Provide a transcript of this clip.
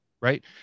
right